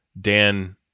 Dan